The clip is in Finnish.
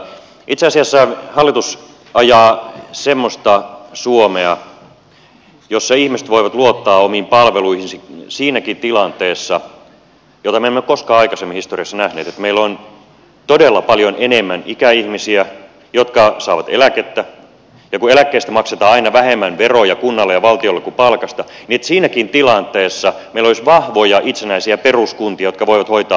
itse asiassa hallitus ajaa semmoista suomea jossa ihmiset voivat luottaa omiin palveluihinsa siinäkin tilanteessa jota me emme ole koskaan aikaisemmin historiassa nähneet että meillä on todella paljon enemmän ikäihmisiä jotka saavat eläkettä ja kun eläkkeestä maksetaan aina vähemmän veroja kunnalle ja valtiolle kuin palkasta että siinäkin tilanteessa meillä olisi vahvoja itsenäisiä peruskuntia jotka voivat hoitaa palveluita